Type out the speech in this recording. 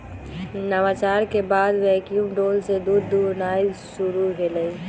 नवाचार के बाद वैक्यूम डोल से दूध दुहनाई शुरु भेलइ